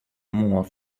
more